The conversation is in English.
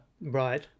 Right